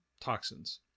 toxins